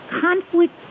conflict